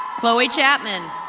chloe chapman.